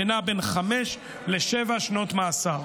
והוא בין חמש לשבע שנות מאסר.